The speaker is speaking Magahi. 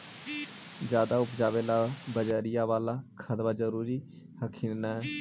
ज्यादा उपजाबे ला बजरिया बाला खदबा जरूरी हखिन न?